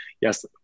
Yes